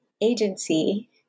agency